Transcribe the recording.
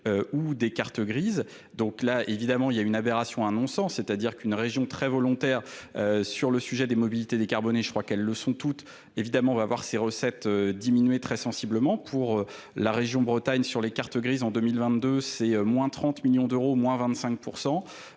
ou des cartes grises donc là évidemment il y a une aberration à non sens c'est à dire qu'une région très volontaire sur le sujet des mobilités décarbonées je crois qu'elles le sont toutes évidemment va voir ces recettes diminuer très sensiblement pour la région bretagne sur les cartes grises en deux mille en deux mille